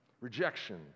rejection